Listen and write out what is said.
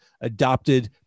adopted